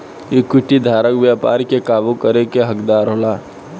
equity धारक व्यापार के काबू करे के हकदार होला